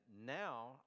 now